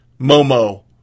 Momo